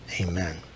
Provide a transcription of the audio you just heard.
amen